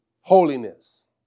holiness